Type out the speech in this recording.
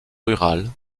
rurale